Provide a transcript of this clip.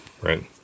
right